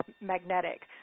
magnetic